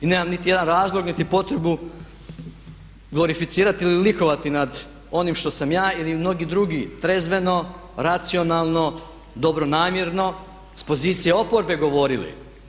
I nemam niti jedan razlog niti potrebu glorificirati ili likovati nad onim što sam ja ili mnogi drugi trezveno, racionalno, dobronamjerno s pozicije oporbe govorili.